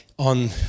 On